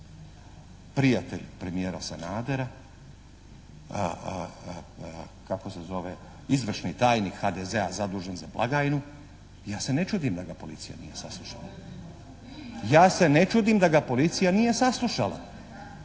Prijatelj premijera Sanadera, kako se zove? Izvršni tajnik HDZ-a zadužen za blagajnu, ja se ne čudim da ga policija nije saslušala. … /Upadice se ne razumiju./ … Ja se ne čudim da ga policija nije saslušala.